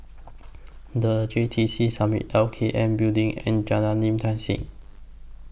The J T C Summit L K N Building and Jalan Lim Tai See